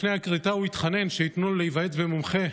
לפני הכריתה הוא התחנן שייתנו לו להיוועץ במומחה,